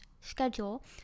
schedule